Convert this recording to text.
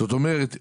זאת אומרת,